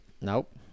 Nope